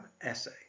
essay